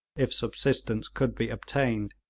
if subsistence could be obtained.